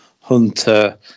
Hunter